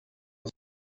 was